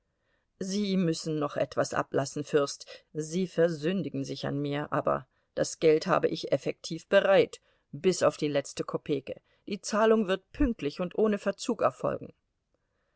sie müssen noch etwas ablassen fürst sie versündigen sich an mir aber das geld habe ich effektiv bereit bis auf die letzte kopeke die zahlung wird pünktlich und ohne verzug erfolgen